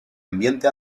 ambiente